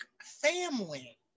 family